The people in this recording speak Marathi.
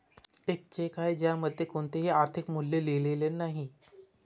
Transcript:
एक चेक आहे ज्यामध्ये कोणतेही आर्थिक मूल्य लिहिलेले नाही